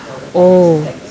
oh